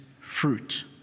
fruit